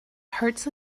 hurts